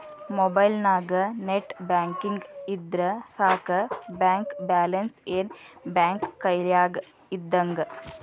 ಮೊಬೈಲ್ನ್ಯಾಗ net banking ಇದ್ರ ಸಾಕ ಬ್ಯಾಂಕ ಬ್ಯಾಲೆನ್ಸ್ ಏನ್ ಬ್ಯಾಂಕ ಕೈಯ್ಯಾಗ ಇದ್ದಂಗ